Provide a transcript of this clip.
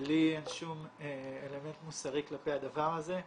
לי אין שום אלמנט מוסרי כלפי הדבר הזה.